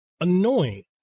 annoying